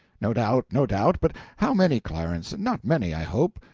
no doubt, no doubt. but how many, clarence? not many, i hope?